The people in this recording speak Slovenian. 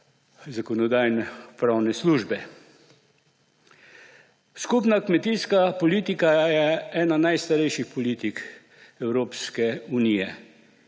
Zakonodajno-pravne službe. Skupna kmetijska politika je ena najstarejših politik Evropske unije.